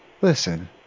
Listen